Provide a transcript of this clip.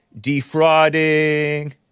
defrauding